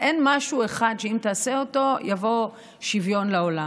אין משהו אחד שאם תעשה אותו יבוא שוויון לעולם.